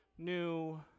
new